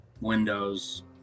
windows